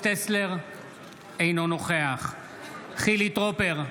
אינו נוכח חילי טרופר,